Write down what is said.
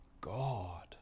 God